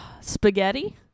spaghetti